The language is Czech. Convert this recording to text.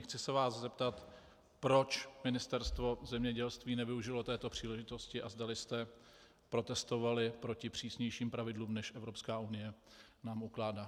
Chci se vás zeptat, proč Ministerstvo zemědělství nevyužilo této příležitosti a zdali jste protestovali proti přísnějším pravidlům, než Evropská unie nám ukládá.